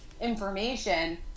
information